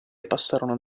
passano